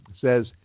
says